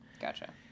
Gotcha